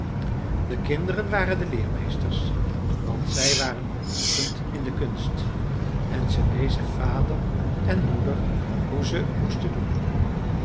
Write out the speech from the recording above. de kinderen waren de leermeesters want zij waren al geoefend in de kunst en ze wezen vader en moeder hoe ze moesten doen